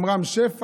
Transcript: גם רם שפע